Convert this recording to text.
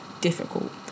difficult